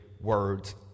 words